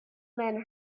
men